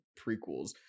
prequels